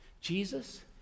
Jesus